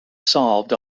solved